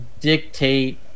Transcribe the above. dictate